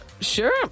sure